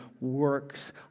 works